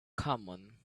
common